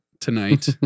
tonight